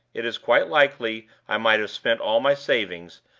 it is quite likely i might have spent all my savings,